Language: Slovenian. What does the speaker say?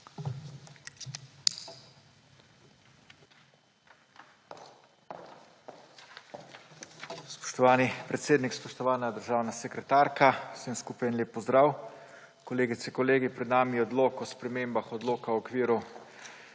Spoštovani predsednik, spoštovana državna sekretarka, vsem skupaj en lep pozdrav! Kolegice, kolegi, pred nami je odlok o spremembah Odloka o okviru